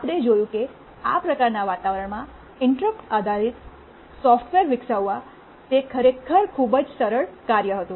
આપણે જોયું કે આ પ્રકારના વાતાવરણમાં ઇન્ટરપ્ટ આધારિત સોફ્ટવેર વિકસાવવા તે ખરેખર ખૂબ જ સરળ કાર્ય હતું